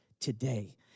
today